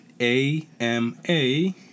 A-M-A